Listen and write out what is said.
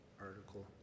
Article